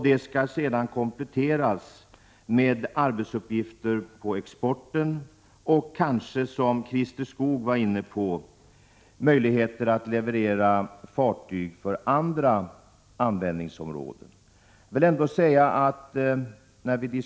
Detta kompletteras sedan med export och kanske också, som Christer Skoog var inne på, med leveranser av fartyg för andra användningsområden.